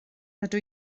rydw